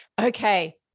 Okay